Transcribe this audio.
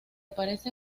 parece